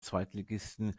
zweitligisten